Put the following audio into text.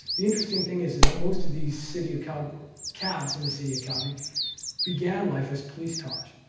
the interesting thing is is that most of these city of calgary cabs in the city of calgary began life as police cars.